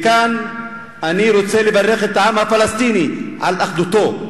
מכאן אני רוצה לברך את העם הפלסטיני על אחדותו.